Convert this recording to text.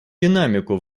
динамику